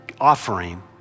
offering